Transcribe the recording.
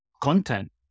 content